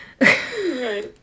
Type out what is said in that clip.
Right